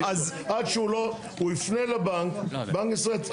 עד שהוא לא, הוא יפנה לבנק, בנק ישראל.